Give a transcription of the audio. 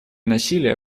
насилия